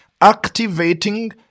activating